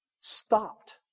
stopped